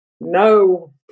no